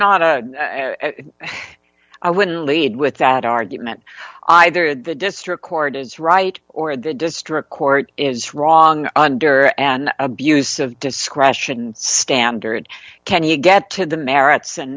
not i wouldn't lead with that argument either the district court is right or the district court is wrong under an abuse of discretion standard can you get to the merits and